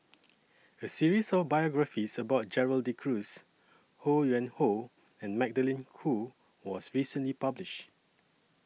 A series of biographies about Gerald De Cruz Ho Yuen Hoe and Magdalene Khoo was recently published